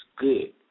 good